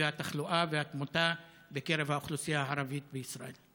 התחלואה והתמותה בקרב האוכלוסייה הערבית בישראל.